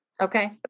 Okay